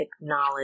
acknowledge